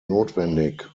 notwendig